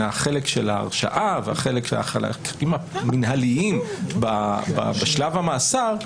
החלק של ההרשעה והחלקים המינהליים בשלב המאסר,